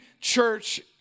church